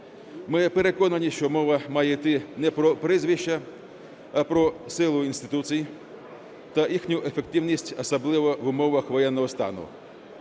Ми переконані, що мова має йти не про прізвища, а про силу інституцій та їхню ефективність, особливо в умовах воєнного стану.